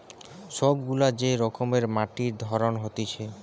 সব গুলা যে রকমের মাটির ধরন হতিছে